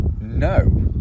No